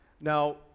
Now